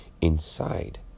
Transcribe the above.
inside